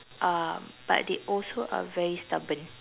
um but they also are very stubborn